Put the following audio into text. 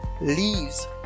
leaves